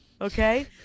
Okay